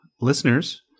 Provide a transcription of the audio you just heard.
Listeners